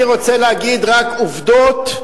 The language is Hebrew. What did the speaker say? אני רוצה להגיד רק עובדות,